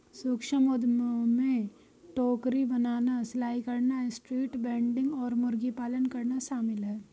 सूक्ष्म उद्यमों में टोकरी बनाना, सिलाई करना, स्ट्रीट वेंडिंग और मुर्गी पालन करना शामिल है